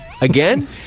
again